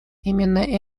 именно